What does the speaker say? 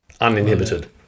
uninhibited